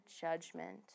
judgment